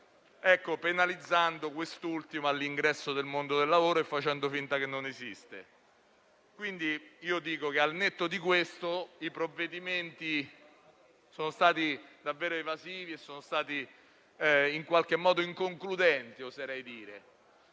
penalizzando quest'ultimo nell'ingresso nel mondo del lavoro e facendo finta che non esista. Al netto di questo, i provvedimenti sono stati davvero evasivi e inconcludenti,